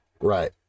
Right